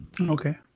okay